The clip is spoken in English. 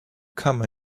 come